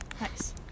Nice